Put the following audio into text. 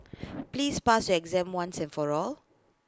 please pass your exam once and for all